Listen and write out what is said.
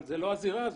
אבל זו לא הזירה הזאת.